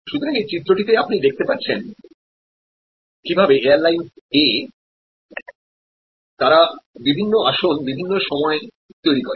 সুতরাং এই চিত্রটিতে আপনি দেখতে পাবেন কীভাবে এয়ারলাইনস A তারা বিভিন্ন আসন বিভিন্ন সময় তৈরি করে